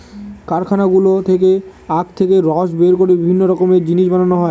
কারখানাগুলো থেকে আখ থেকে রস বের করে বিভিন্ন রকমের জিনিস বানানো হয়